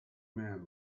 man